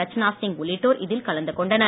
ரச்சனா சிங் உள்ளிட்டோர் இதில் கலந்து கொண்டனர்